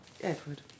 Edward